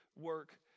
work